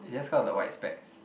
is just called the white specs